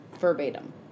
verbatim